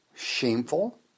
shameful